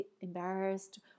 embarrassed